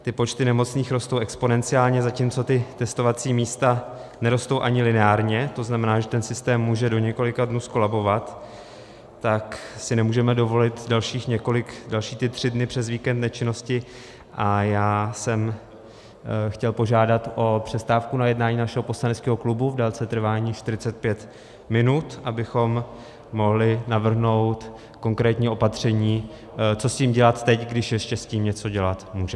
Ty počty nemocných rostou exponenciálně, zatímco testovací místa nerostou ani lineárně, to znamená, že ten systém může do několika dní zkolabovat, tak si nemůžeme dovolit dalších několik, další ty tři dny přes víkend nečinnosti, a já jsem chtěl požádat o přestávku na jednání našeho poslaneckého klubu v délce trvání čtyřicet pět minut, abychom mohli navrhnout konkrétní opatření, co s tím dělat teď, když ještě s tím něco dělat můžeme.